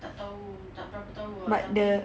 tak tahu tak berapa tahu ah tapi